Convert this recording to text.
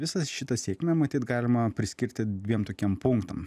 visą šitą sėkmę matyt galima priskirti dviem tokiem punktam